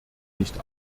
nicht